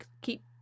keep